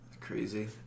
Crazy